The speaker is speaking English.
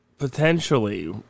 Potentially